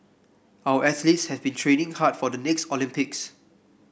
our athletes have been training hard for the next Olympics